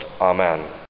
Amen